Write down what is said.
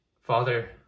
Father